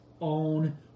own